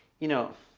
you know,